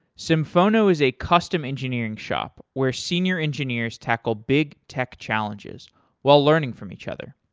symphono is a custom engineering shop where senior engineers tackle big tech challenges while learning from each other.